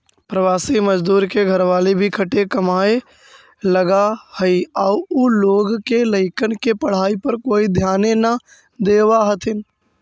प्रवासी मजदूर के घरवाली भी खटे कमाए लगऽ हई आउ उ लोग के लइकन के पढ़ाई पर कोई ध्याने न देवऽ हथिन